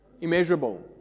Immeasurable